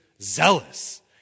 zealous